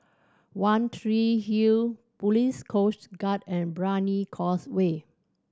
One Tree Hill Police Coast Guard and Brani Causeway